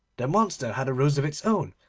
the monster had a rose of its own,